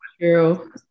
true